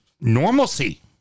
normalcy